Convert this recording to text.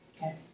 Okay